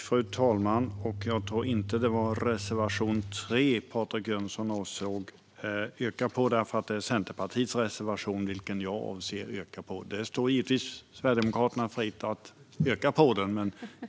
Fru talman!